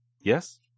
Yes